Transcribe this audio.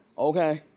okay?